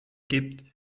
gibt